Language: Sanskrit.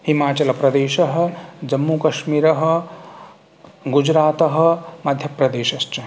हिमाचलप्रदेशः जम्मूकश्मिरः गुजरातः मध्यप्रदेशश्च